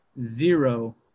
zero